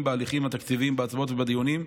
בהליכים התקציביים בהצבעות ובדיונים,